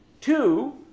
Two